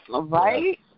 Right